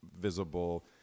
visible